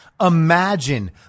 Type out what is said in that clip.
Imagine